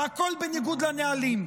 והכול בניגוד לנהלים.